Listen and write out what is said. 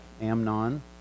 Amnon